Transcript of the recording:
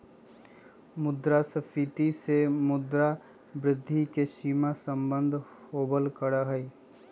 मुद्रास्फीती से मुद्रा वृद्धि के सीधा सम्बन्ध होबल करा हई